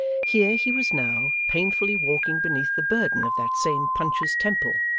here he was, now, painfully walking beneath the burden of that same punch's temple,